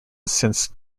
since